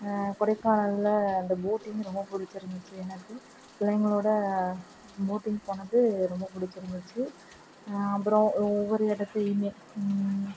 கொடைக்கானலில் அந்த போட்டிங்கு ரொம்ப பிடிச்சிருந்துச்சி எனக்கு பிள்ளைங்களோடு போட்டிங் போனது ரொம்ப பிடிச்சிருந்துச்சி அப்புறம் ஒவ்வொரு இடத்தையுமே